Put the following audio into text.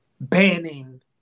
banning